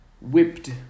whipped